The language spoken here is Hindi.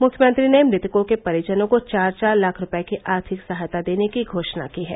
मुख्यमंत्री ने मृतकों के परिजनों को चार चार लाख रूपए की आर्थिक सहायता देने की घोषणा की है